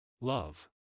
Love